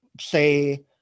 say